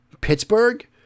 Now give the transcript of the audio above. Pittsburgh